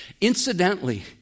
Incidentally